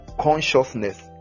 consciousness